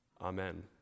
Amen